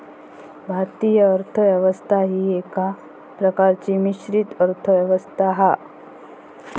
भारतीय अर्थ व्यवस्था ही एका प्रकारची मिश्रित अर्थ व्यवस्था हा